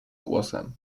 głosem